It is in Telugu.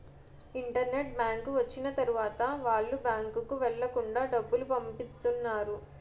ఇంటర్నెట్ బ్యాంకు వచ్చిన తర్వాత వాళ్ళు బ్యాంకుకు వెళ్లకుండా డబ్బులు పంపిత్తన్నారు